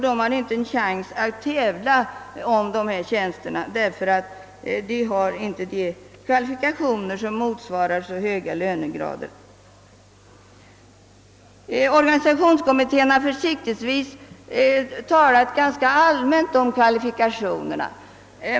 De har inte en chans att tävla om dessa tjänster, eftersom de inte har kvalifikationer som motsvarar så höga lönegrader. Organisationsutredningen har försiktigtvis uttalat sig ganska allmänt om kvalifikationerna.